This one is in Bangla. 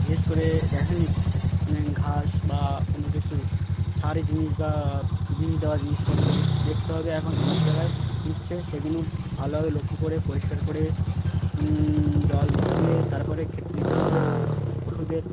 বিশেষ করে দেখ নিক মানে ঘাস বা কোনো কিছু সারি জিনিস বা বিষ দেওয়া জিনিসপত্র দেখতে হবে এখন সব জায়গায় দিচ্ছে সেগুলো ভালোভাবে লক্ষ্য করে পরিষ্কার করে জল ধুয়ে তারপরে খেতে দিতে হবে পশুদের